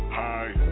high